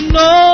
no